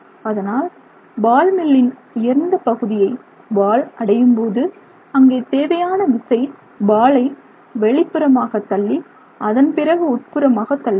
அதனால் பால் மில்லின் உயர்ந்த பகுதியை பால் அடையும்போது அங்கே தேவையான விசை பாலை வெளிப்புறமாக தள்ளி அதன் பிறகு உட்புறமாக தள்ளுகிறது